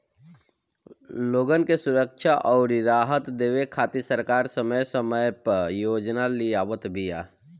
लोगन के सुरक्षा अउरी राहत देवे खातिर सरकार समय समय पअ योजना लियावत बिया